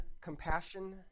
compassion